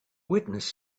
witness